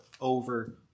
over